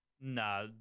Nah